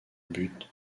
but